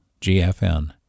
GFN